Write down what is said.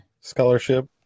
scholarship